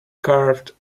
carved